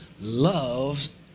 loves